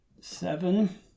seven